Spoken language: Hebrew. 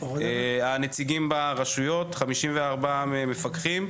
הנציגים ברשויות 54 מפקחים,